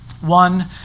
One